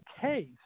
case